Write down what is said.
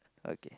okay